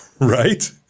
Right